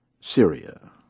Syria